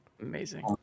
Amazing